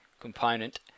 component